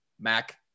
Mac